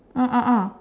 uh a'ah